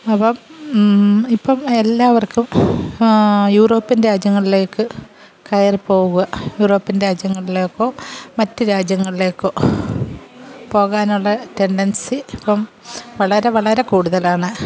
അപ്പം ഇപ്പം എല്ലാവർക്കും യൂറോപ്പ്യൻ രാജ്യങ്ങളിലേക്ക് കയറിപ്പോകുക യൂറോപ്പ്യൻ രാജ്യങ്ങളിലേക്കോ മറ്റുരാജ്യങ്ങളിലേക്കോ പോകാനുള്ള റ്റെൻഡൻസി ഇപ്പം വളരെ വളരെ കൂടുതലാണ്